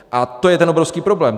A to je obrovský problém.